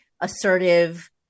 assertive